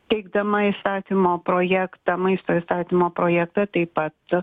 teikdama įstatymo projektą maisto įstatymo projektą taip pat